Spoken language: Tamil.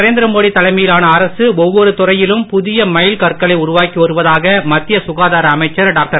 நரேந்திர மோடி தலைமையிலான அரசு ஒவ்வொரு துறையிலும் புதிய மைல் கற்களை உருவாக்கி வருவதாக மத்திய சுகாதார அமைச்சர் டாக்டர்